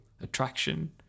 attraction